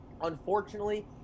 Unfortunately